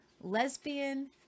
lesbian